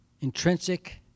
intrinsic